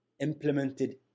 implemented